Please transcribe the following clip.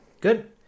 Good